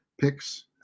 picks